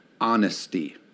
Honesty